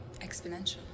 Exponential